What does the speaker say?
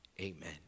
amen